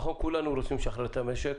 כולנו רוצים לשחרר את משק,